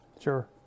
Sure